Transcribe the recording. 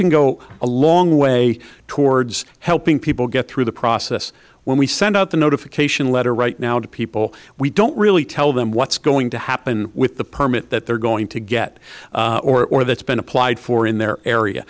can go a long way towards helping people get through the process when we send out the notification letter right now to people we don't really tell them what's going to happen with the permit that they're going to get or or that's been applied for in their area